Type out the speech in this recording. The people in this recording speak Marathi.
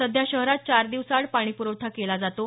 सध्या शहरात चार दिवसाआड पाणीपुरवठा केला जातो